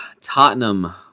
Tottenham